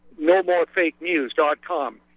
nomorefakenews.com